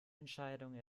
entscheidung